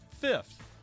fifth